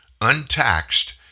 untaxed